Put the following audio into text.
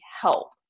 help